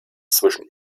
zwischen